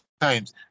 times